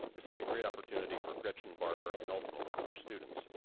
this is a great opportunity for gretchen, barbara, and ultimately, our students.